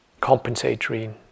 compensatory